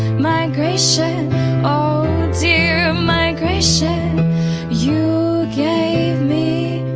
migration oh dear migration you gave me